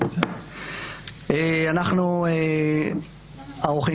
אנחנו ערוכים,